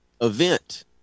event